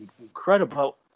incredible